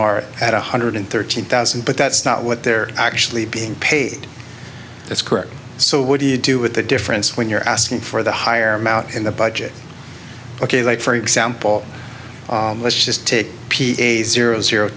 are at one hundred thirteen thousand but that's not what they're actually being paid that's correct so what do you do with the difference when you're asking for the higher amount in the budget ok like for example let's just take p eight zero zero